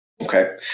Okay